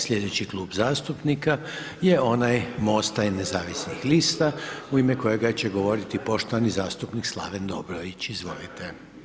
Slijedeći klub zastupnika je onaj MOST-a i nezavisnih lista u ime kojega će govoriti poštovani zastupnik Slaven Dobrović, izvolite.